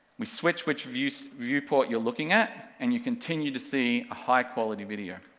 we switch which viewport viewport you're looking at, and you continue to see high quality video.